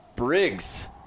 Briggs